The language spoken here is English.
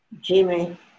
Jimmy